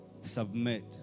submit